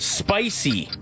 spicy